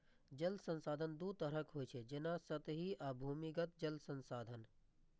जल संसाधन दू तरहक होइ छै, जेना सतही आ भूमिगत जल संसाधन